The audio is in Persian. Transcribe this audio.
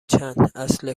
چند، اصل